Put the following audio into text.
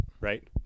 Right